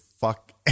fuck